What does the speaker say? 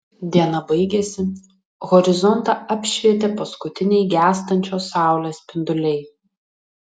diena baigėsi horizontą apšvietė paskutiniai gęstančios saulės spinduliai